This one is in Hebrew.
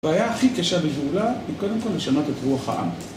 הבעיה הכי קשה בגאולה היא קודם כל לשנות את רוח העם